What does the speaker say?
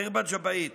בח'רבת ג'בעית